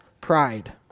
pride